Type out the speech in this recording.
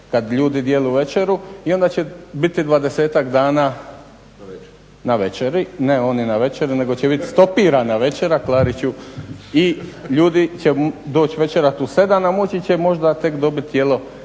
kad ljudi dijele večeru i onda će biti 20-tak dana na večeri. Ne oni na večeri, nego će biti stopirana večera Klariću i ljudi će doći večerati u 7, a moći će možda tek dobiti jelo